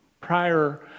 prior